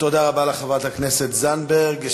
חברת הכנסת זנדברג.